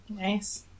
Nice